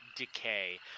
decay